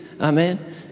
Amen